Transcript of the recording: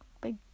big